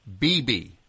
BB